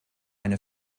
eine